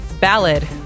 Ballad